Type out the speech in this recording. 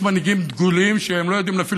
יש מנהיגים דגולים שלא יודעים להפעיל